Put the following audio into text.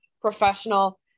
professional